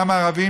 גם ערבים,